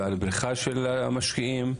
ועל בריחה של המשקיעים,